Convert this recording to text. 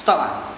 stop uh